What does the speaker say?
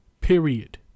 period